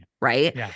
right